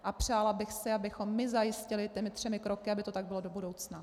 A přála bych si, abychom my zajistili těmi třemi kroky, aby to tak bylo do budoucna.